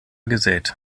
gesät